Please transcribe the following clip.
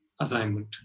assignment